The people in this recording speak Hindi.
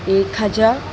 एक हज़ार